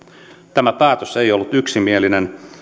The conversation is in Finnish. tämä päätös ei ollut yksimielinen